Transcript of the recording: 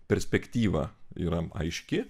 perspektyva yra aiški